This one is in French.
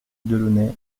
delaunay